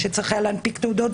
בלי קשר לקיומן של בחירות עתידיות,